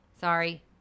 Sorry